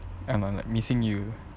I'm I'm missing you